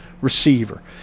receiver